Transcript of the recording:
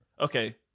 Okay